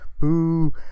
Boo